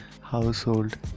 household